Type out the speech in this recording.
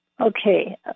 Okay